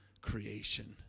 creation